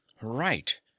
right